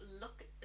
look